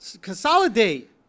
Consolidate